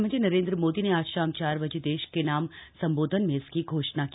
प्रधानमंत्री नरेंद्र मोदी ने आज शाम चार बजे देश के नाम संबोधन में इसकी घोषणा की